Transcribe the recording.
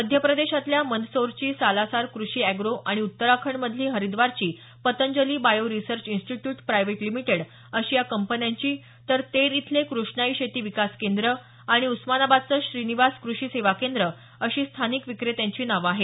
मध्यप्रदेशातल्या मंदसौरची सालासर कृषि अॅग्रो आणि उत्तराखंडमधली हरिद्वारची Patanjali bio research institute private limited अशी या कंपन्यांची तर तेर इथले कृष्णाई शेती विकास केंद्र आणि उस्मानाबादचे श्रीनिवास कृषि सेवा केंद्र अशी स्थानिक विक्रेत्यांची नावं आहेत